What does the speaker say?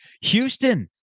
Houston